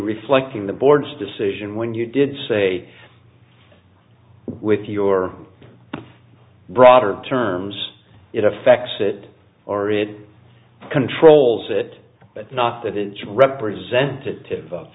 reflecting the board's decision when you did say with your broader terms it affects it or it controls it but not that it's representative of